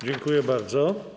Dziękuję bardzo.